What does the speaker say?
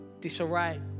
disarray